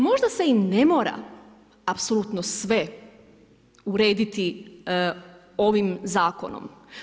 Možda se i ne mora apsolutno sve urediti ovim zakonom.